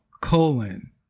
Colon